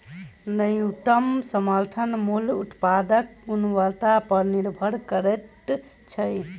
न्यूनतम समर्थन मूल्य उत्पादक गुणवत्ता पर निभर करैत छै